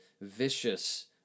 vicious